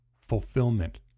fulfillment